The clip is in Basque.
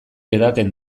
edaten